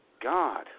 God